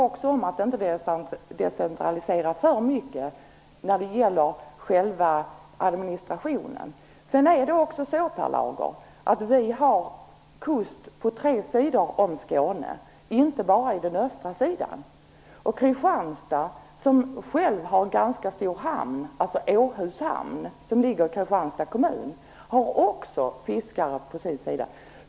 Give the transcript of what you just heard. Man får alltså inte decentralisera själva administrationen alltför mycket. Vi har kust på tre sidor om Skåne, och inte bara på den östra sidan, Per Lager. I Kristianstads kommun finns en ganska stor hamn, Åhus hamn, och det finns också fiskare på den sidan.